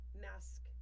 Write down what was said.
mask